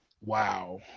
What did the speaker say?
wow